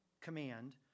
command